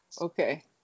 Okay